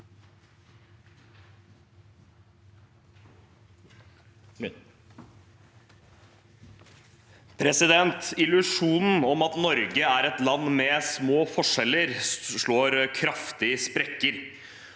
Illusjonen om at Norge er et land med små forskjeller, slår kraftig sprekker,